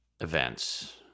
events